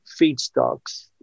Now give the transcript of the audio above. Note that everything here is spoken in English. feedstocks